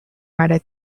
harder